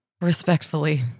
Respectfully